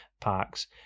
parks